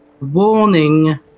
warning